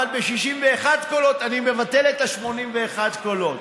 אבל ב-61 קולות אני מבטל את 81 הקולות?